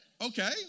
Okay